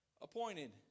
appointed